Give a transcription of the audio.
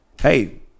hey